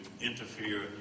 interfere